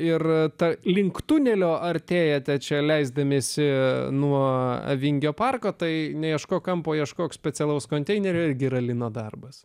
ir ta link tunelio artėjate čia leisdamiesi nuo vingio parko tai neieškok kampo ieškok specialaus konteinerio irgi yra lino darbas